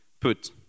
put